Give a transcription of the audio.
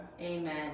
Amen